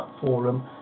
forum